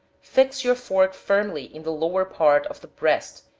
fix your fork firmly in the lower part of the breast,